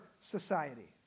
society